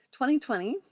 2020